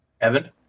Evan